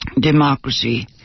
Democracy